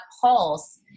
pulse